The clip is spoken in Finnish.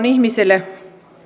ihmiselle